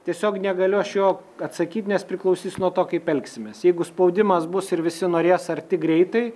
tiesiog negaliu aš jo atsakyt nes priklausys nuo to kaip elgsimės jeigu spaudimas bus ir visi norės arti greitai